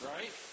Right